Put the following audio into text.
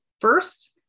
First